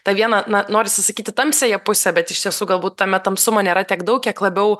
tą vieną na norsi sakyti tamsiąją pusę bet iš tiesų galbūt tame tamsumo nėra tiek daug kiek labiau